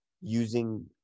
using